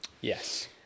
Yes